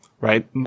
right